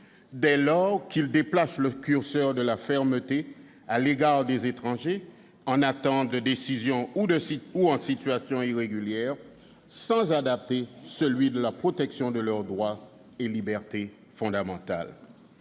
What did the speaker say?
dès lors qu'il déplace le curseur de la fermeté à l'égard des étrangers en attente de décision ou en situation irrégulière, sans adapter celui de la protection de leurs droits et libertés fondamentales.